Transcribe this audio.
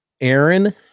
Aaron